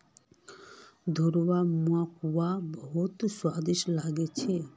दूधेर खुआ मोक बहुत स्वादिष्ट लाग छ